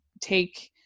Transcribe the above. take